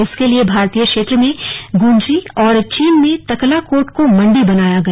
इसके लिए भारतीय क्षेत्र में गुंजी और चीन में तकलाकोट को मंडी बनाया गया